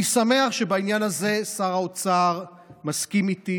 אני שמח שבעניין הזה שר האוצר מסכים איתי,